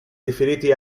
riferiti